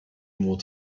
more